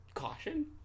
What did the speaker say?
caution